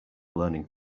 learning